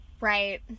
Right